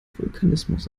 vulkanismus